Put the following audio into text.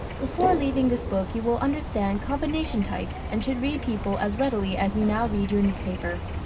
before leaving this book you will understand combination types and should read people as readily as you now read your newspaper.